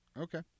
Okay